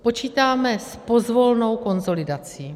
Počítáme s pozvolnou konsolidací.